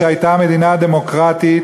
שהייתה מדינה דמוקרטית,